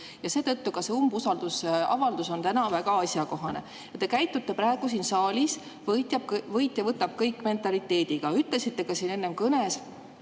ja seetõttu on ka umbusaldusavaldus täna väga asjakohane. Te käitute praegu siin saalis võitja-võtab-kõik-mentaliteediga. Te ütlesite ka enne kõnes